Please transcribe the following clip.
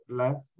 less